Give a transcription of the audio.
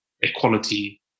equality